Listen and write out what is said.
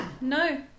no